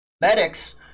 Medics